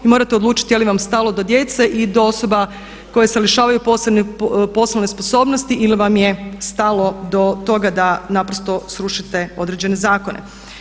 I morate odlučiti je li vam stalo do djece i do osoba koje se lišavaju poslovne sposobnosti ili vam je stalo do toga da naprosto srušite određene zakone.